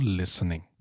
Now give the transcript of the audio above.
listening